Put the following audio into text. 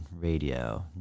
radio